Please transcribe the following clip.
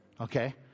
Okay